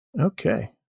Okay